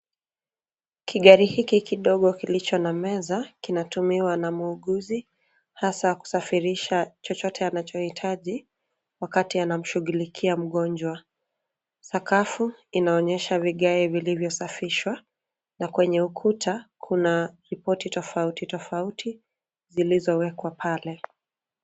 Kigari hiki kidogo kilicho na meza kinatumiwa na muuguzi hasa kusafirisha chochote anachohitaji wakati anamshughulikia mgonjwa. Sakafu inaonyesha vigae vilivyosafishwa na kwenye ukuta, kuna repoti tofauti tofauti zilizowekwa pale.